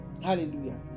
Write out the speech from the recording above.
Hallelujah